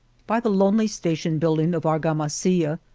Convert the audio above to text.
by the lonely station-building of argama silla,